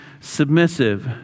submissive